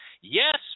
Yes